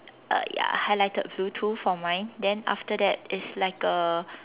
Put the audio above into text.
uh ya highlighted blue too for mine then after that it's like a